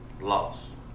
Lost